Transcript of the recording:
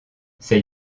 c’est